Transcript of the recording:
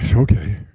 yeah okay.